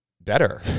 better